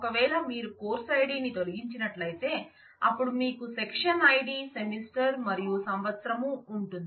ఒకవేళ మీరు కోర్సు ఐడిని తొలగించినట్లయితే అప్పుడు మీకు సెక్షన్ ఐడి సెమిస్టర్ మరియు సంవత్సరం ఉంటుంది